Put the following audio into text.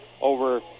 over